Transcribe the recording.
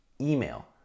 email